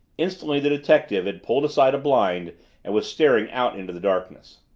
instantly the detective had pulled aside a blind and was staring out into the darkness.